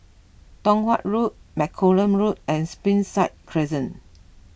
Tong Watt Road Malcolm Road and Springside Crescent